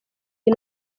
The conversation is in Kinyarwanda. iyi